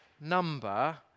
number